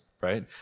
right